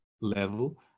level